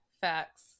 Facts